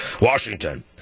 Washington